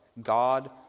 God